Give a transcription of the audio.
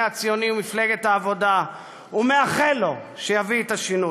הציוני ומפלגת העבודה ומאחל לו שיביא את השינוי.